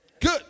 Good